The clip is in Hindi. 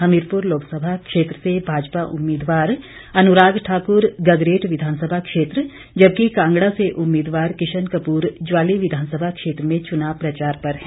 हमीरपुर लोकसभा क्षेत्र से भाजपा उम्मीदवार अनुराग ठाकुर गगरेट विधानसभा क्षेत्र जबकि कांगड़ा से उम्मीदवार किशन कपूर ज्वाली विधानसभा क्षेत्र में चुनाव प्रचार पर हैं